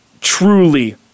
truly